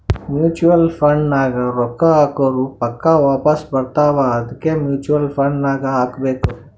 mutual fund ನಾಗ್ ರೊಕ್ಕಾ ಹಾಕುರ್ ಪಕ್ಕಾ ವಾಪಾಸ್ ಬರ್ತಾವ ಅದ್ಕೆ ಮೂಚುವಲ್ ಫಂಡ್ ನಾಗ್ ಹಾಕಬೇಕ್